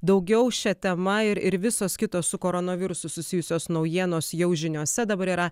daugiau šia tema ir ir visos kitos su koronavirusu susijusios naujienos jau žiniose dabar yra